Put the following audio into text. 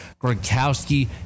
Gronkowski